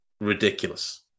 ridiculous